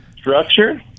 Structure